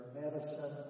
medicine